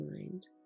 mind